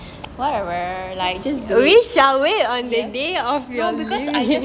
whatever like just do it no because I just